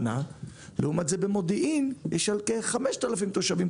ולעומת זאת, במודיעין יש תחנה לכל5,000 תושבים.